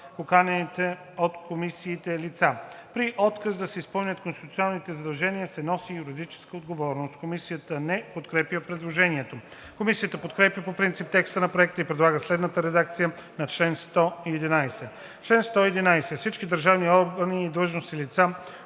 поканените от комисиите лица. При отказ да се изпълнят конституционните задължения се носи юридическа отговорност.“ Комисията не подкрепя предложението. Комисията подкрепя по принцип текста на Проекта и предлага следната редакция на чл. 111: „Чл. 111. Всички държавни органи и длъжностни лица